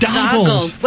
Goggles